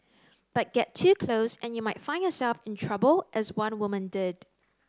but get too close and you might find yourself in trouble as one woman did